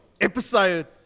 episode